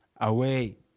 away